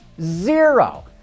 Zero